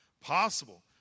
possible